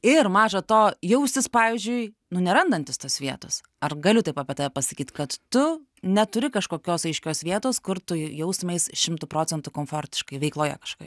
ir maža to jaustis pavyzdžiui nu nerandantis tos vietos ar galiu taip apie tave pasakyt kad tu neturi kažkokios aiškios vietos kur tu jaustumeis šimtu procentų komfortiškai veikloje kažkokioj